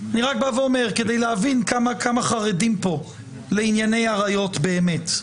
אני רק בא להדגים כמה חרדים פה לענייני עריות באמת.